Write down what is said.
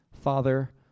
father